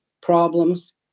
problems